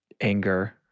anger